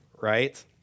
right